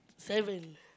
seven